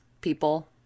people